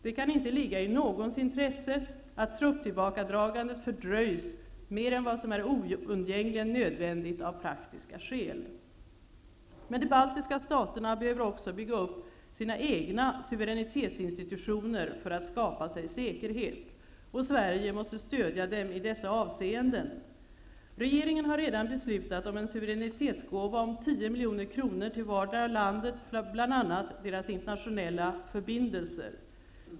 Det kan inte ligga i någons intresse att tillbakadragandet av trupperna fördröjs mer än vad som är oundgängligen nödvändigt av praktiska skäl. Men de baltiska staterna behöver också bygga upp sina egna suveränitetsinstitutioner för att skapa sig säkerhet. Sverige måste stödja dem i dessa avseenden. Regeringen har redan beslutat om en suveränitetsgåva om 10 milj.kr. till vardera landet för att bl.a. stödja deras internationella förbindelser.